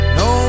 no